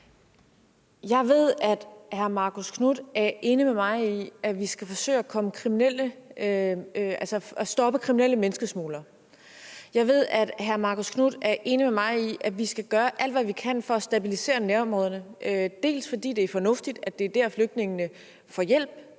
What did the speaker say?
Jeg ved, at hr. Marcus Knuth er enig med mig i, at vi skal forsøge at stoppe kriminelle menneskesmuglere. Jeg ved, at hr. Marcus Knuth er enig med mig i, at vi skal gøre alt, hvad vi kan, for at stabilisere nærområderne, dels fordi det er fornuftigt, at det er der, flygtninge får hjælp,